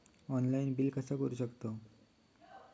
Online bill कसा करु शकतव?